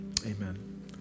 Amen